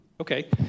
Okay